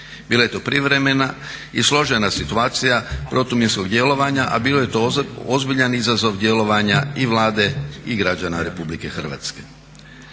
Bila je to privremena i složena situacija protuminskog djelovanja, a bio je to ozbiljan izazov djelovanja i Vlade i građana RH.